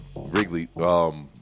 Wrigley